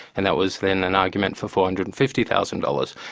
and that was then an argument for four hundred and fifty thousand dollars.